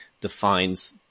defines